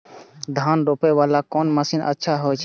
धान रोपे वाला कोन मशीन अच्छा होय छे?